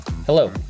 Hello